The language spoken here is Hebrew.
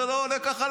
זה לא עולה ככה,